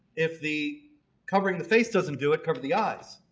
if the covering the face doesn't do it cover the eyes